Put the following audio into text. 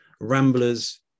ramblers